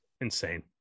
insane